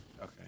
Okay